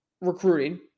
recruiting